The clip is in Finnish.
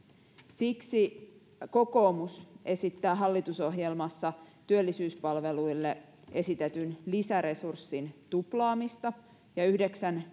siksi kokoomus esittää hallitusohjelmassa työllisyyspalveluille esitetyn lisäresurssin tuplaamista ja yhdeksän